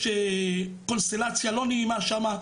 יש קונסטלציה לא נעימה שם.